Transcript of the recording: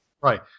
Right